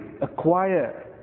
acquire